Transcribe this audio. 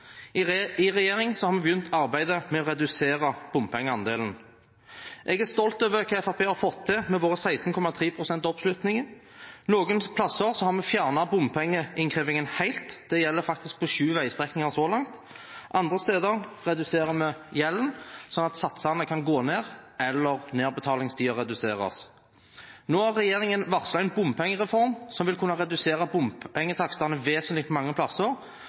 I regjering har vi begynt arbeidet med å redusere bompengeandelen. Jeg er stolt over hva Fremskrittspartiet har fått til med våre 16,3 pst. oppslutning. Noen plasser har vi fjernet bompengeinnkrevingen helt – det gjelder faktisk på sju veistrekninger så langt – andre steder reduserer vi gjelden, sånn at satsene kan gå ned eller nedbetalingstiden reduseres. Nå har regjeringen varslet en bompengereform som vil kunne redusere bompengetakstene vesentlig mange plasser.